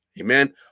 Amen